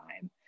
time